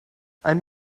einen